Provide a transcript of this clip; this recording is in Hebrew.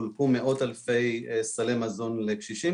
חולקו מאות אלפי סלי מזון לקשישים,